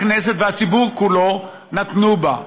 הכנסת והציבור כולו נתנו בה.